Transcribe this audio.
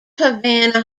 havana